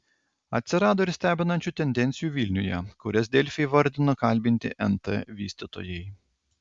atsirado ir stebinančių tendencijų vilniuje kurias delfi įvardijo kalbinti nt vystytojai